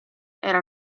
era